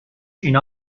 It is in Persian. اینا